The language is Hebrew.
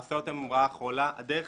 ההסעות הן רעה חולה הדרך